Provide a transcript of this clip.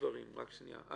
א.